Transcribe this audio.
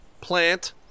plant